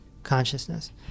Consciousness